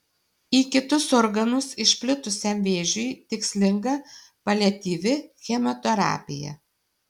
į kitus organus išplitusiam vėžiui tikslinga paliatyvi chemoterapija